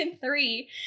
three